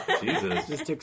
Jesus